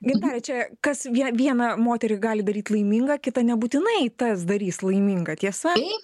gintare čia kas vie vieną moterį gali daryt laimingą kitą nebūtinai tas darys laiminga tiesa